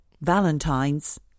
Valentine's